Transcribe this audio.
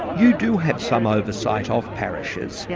you do have some oversight of parishes. yes.